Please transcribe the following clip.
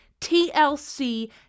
TLC